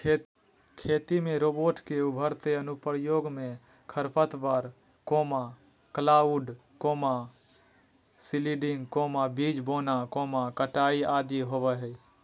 खेती में रोबोट के उभरते अनुप्रयोग मे खरपतवार, क्लाउड सीडिंग, बीज बोना, कटाई आदि होवई हई